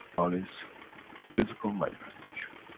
on its physical manifestation.